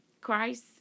Christ